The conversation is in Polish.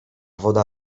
woda